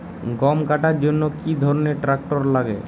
গম কাটার জন্য কি ধরনের ট্রাক্টার লাগে?